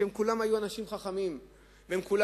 שהם כולם היו אנשים חכמים והם כולם